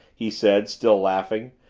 he said, still laughing.